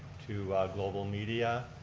to global media,